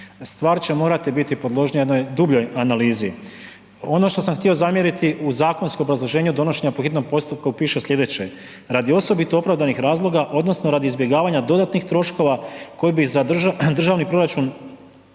Stvar će morati biti podložnija jednoj dubljoj analizi. Ono što sam htio zamjeriti u zakonskom obrazloženju donošenja po hitnom postupku piše sljedeće: „Radi osobito opravdanih razloga odnosno radi izbjegavanja dodatnih troškova koji bi za državni proračun